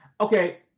okay